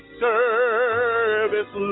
service